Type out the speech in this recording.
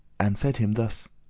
and said him thus,